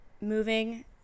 moving